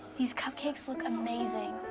these cupcakes look amazing.